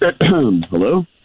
Hello